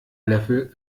level